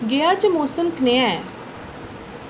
गया च मौसम कनेहा ऐ